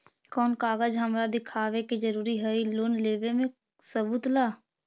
कौन कागज हमरा दिखावे के जरूरी हई लोन लेवे में सबूत ला?